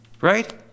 right